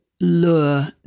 lure